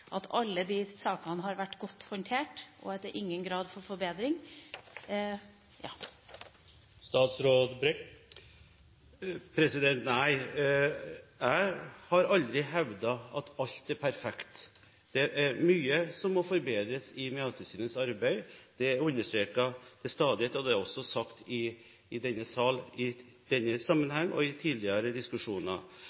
at alle disse sakene har vært godt håndtert, og at det ikke er mulig med forbedring i noen grad? Jeg har aldri hevdet at alt er perfekt. Det er mye som må forbedres i Mattilsynets arbeid. Det er til stadighet understreket. Det er også sagt i denne sal i denne